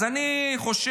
אז אני חושב,